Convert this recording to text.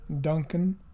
Duncan